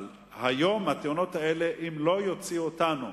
אבל אם התאונות האלה לא יוציאו אותנו,